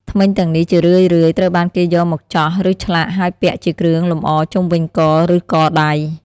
ធ្មេញទាំងនេះជារឿយៗត្រូវបានគេយកមកចោះ ឬឆ្លាក់ ហើយពាក់ជាគ្រឿងលម្អជុំវិញក ឬកដៃ។